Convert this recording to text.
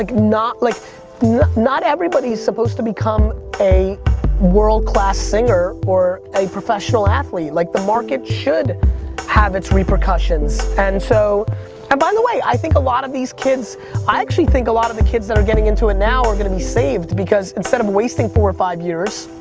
like not like not everybody is supposed to become a world class singer or a professional athlete. like the market should have it's repercussions and, so by and the way, i think a lot of these kids i actually think a lot of the kids that are getting into it now are going to be saved because instead of wasting four or five years